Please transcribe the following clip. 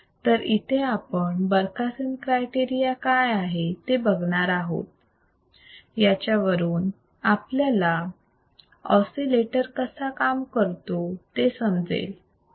तर इथे आपण बरखासेन क्रायटेरिया काय आहे ते बघणार आहोत याच्यावरून आपल्याला ऑसिलेटर कसा काम करतो ते समजेल बरोबर